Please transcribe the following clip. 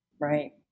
Right